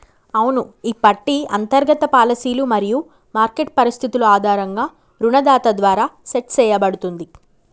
అవును ఈ పట్టి అంతర్గత పాలసీలు మరియు మార్కెట్ పరిస్థితులు ఆధారంగా రుణదాత ద్వారా సెట్ సేయబడుతుంది